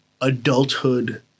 adulthood